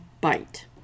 BITE